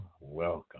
welcome